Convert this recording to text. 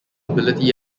ability